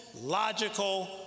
logical